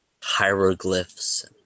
hieroglyphs